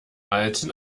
alten